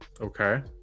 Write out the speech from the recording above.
okay